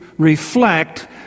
reflect